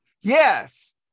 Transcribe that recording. yes